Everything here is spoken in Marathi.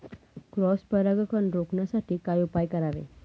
क्रॉस परागकण रोखण्यासाठी काय उपाय करावे?